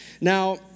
Now